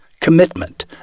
commitment